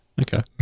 Okay